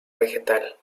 vegetal